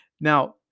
now